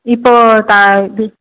இப்போது இது